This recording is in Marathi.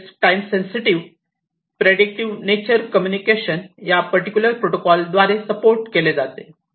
तसेच time sensitive predictive nature communication या पर्टिक्युलर प्रोटोकॉल द्वारे सपोर्ट केले जाते